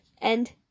and-